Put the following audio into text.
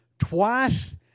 Twice